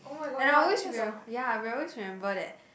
and I always reme~ ya I will be always remember that